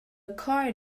card